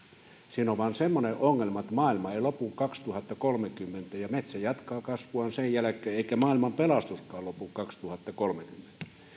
siinä on vain semmoinen ongelma että maailma ei lopu kaksituhattakolmekymmentä ja metsä jatkaa kasvuaan sen jälkeen eikä maailmanpelastuskaan lopu kaksituhattakolmekymmentä